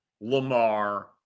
Lamar